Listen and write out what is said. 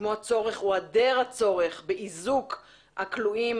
כמו הצורך או היעדר הצורך באיזוק הכלואים